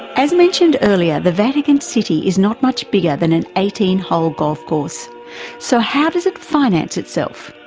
as mentioned earlier, the vatican city is not much bigger than an eighteen hole golf course so how does it finance itself?